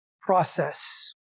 process